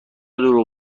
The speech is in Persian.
دروغ